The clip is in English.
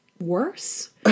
worse